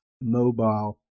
mobile